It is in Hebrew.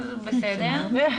בסדר.